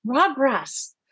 progress